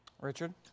Richard